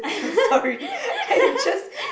I'm sorry I would just